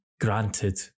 granted